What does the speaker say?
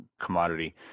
commodity